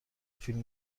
فیلم